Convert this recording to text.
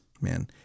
man